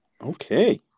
Okay